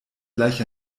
gleich